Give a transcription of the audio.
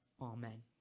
Amen